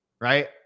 right